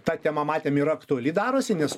ta tema matėm ir aktuali darosi nes